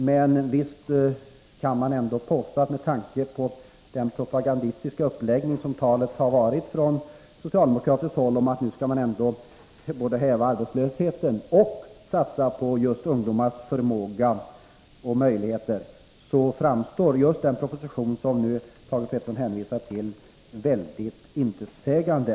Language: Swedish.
Men visst kan man ändå påstå att med tanke på den propagandistiska uppläggning som förekommit från socialdemokratiskt håll, innebärande att man nu både skall häva arbetslösheten och satsa på ungdomars förmåga och möjligheter, är den proposition som Thage Peterson hänvisar till mycket intetsägande.